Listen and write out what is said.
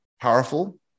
powerful